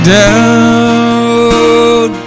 down